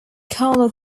carlo